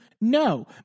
No